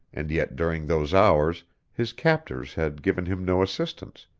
and yet during those hours his captors had given him no assistance,